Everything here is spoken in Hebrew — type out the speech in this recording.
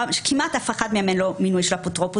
שכמעט לאף אחד מהם אין מינוי של אפוטרופוס,